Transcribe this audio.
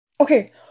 Okay